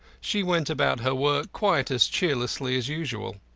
she went about her work quite as cheerlessly as usual.